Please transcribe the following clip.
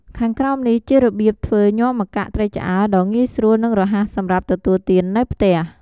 ខាងក្រោមនេះជារបៀបធ្វើញាំម្កាក់ត្រីឆ្អើរដ៏ងាយស្រួល និងរហ័សសម្រាប់ទទួលទាននៅផ្ទះ។